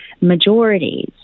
majorities